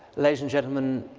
ladies and gentlemen,